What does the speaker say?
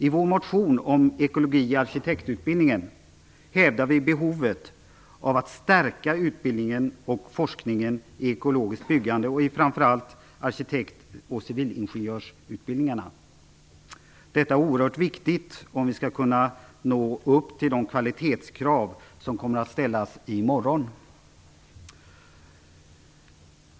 I vår motion om ekologi i arkitektutbildningen hävdar vi behovet av att stärka utbildningen och forskningen i ekologiskt byggande och framför allt arkitekt och civilingenjörsutbildningarna. Detta är oerhört viktigt om vi skall kunna nå upp till de kvalitetskrav som kommer att ställas i morgon.